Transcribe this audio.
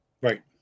Right